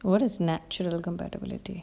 what is natural compatibility